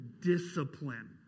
discipline